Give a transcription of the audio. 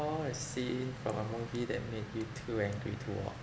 recall a scene from a movie that made you too angry to watch